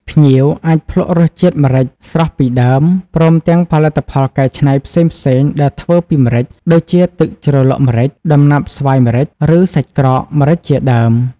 ភ្ញៀវអាចភ្លក្សរសជាតិម្រេចស្រស់ពីដើម ព្រមទាំងផលិតផលកែច្នៃផ្សេងៗដែលធ្វើពីម្រេច ដូចជាទឹកជ្រលក់ម្រេច ដំណាប់ស្វាយម្រេច ឬសាច់ក្រកម្រេចជាដើម ។